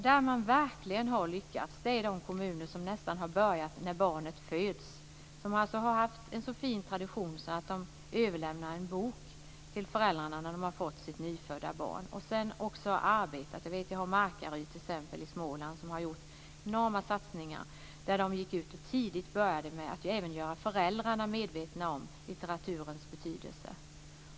Där man verkligen har lyckats är i de kommuner som nästan har börjat när barnet föds. De har alltså haft en så fin tradition att de har överlämnat en bok till föräldrarna till nyfödda barn. Markaryd i Småland har t.ex. gjort enorma satsningar. Där gick de ut tidigt och började med att göra även föräldrarna medvetna om litteraturens betydelse.